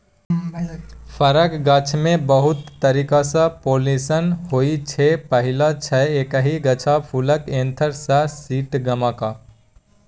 फरक गाछमे बहुत तरीकासँ पोलाइनेशन होइ छै पहिल छै एकहि गाछ फुलक एन्थर सँ स्टिगमाक